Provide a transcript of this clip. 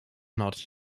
not